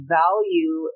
value